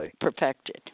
perfected